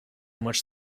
much